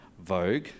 Vogue